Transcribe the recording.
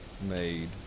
made